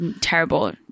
terrible